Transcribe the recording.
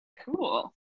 cool